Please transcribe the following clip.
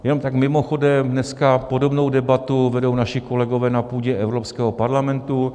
Jenom tak mimochodem, dneska podobnou debatu vedou naši kolegové na půdě Evropského parlamentu.